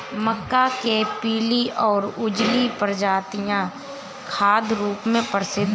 मक्का के पीली और उजली प्रजातियां खाद्य रूप में प्रसिद्ध हैं